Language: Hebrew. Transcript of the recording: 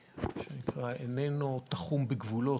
איננו תחום בגבולות,